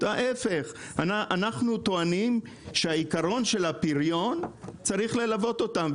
להיפך; אנחנו טוענים שהעיקרון של הפריון צריך ללוות אותם,